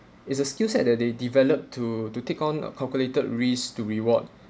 it's a skill set that they developed to to take on a calculated risk to reward